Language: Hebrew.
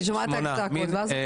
אני שומעת רק צעקות ואז --- ארבעה.